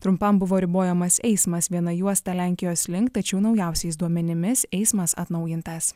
trumpam buvo ribojamas eismas viena juosta lenkijos link tačiau naujausiais duomenimis eismas atnaujintas